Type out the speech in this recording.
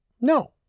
No